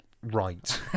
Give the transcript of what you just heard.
Right